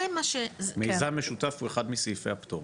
מיזם משותף הוא אחד מסעיפי הפטור.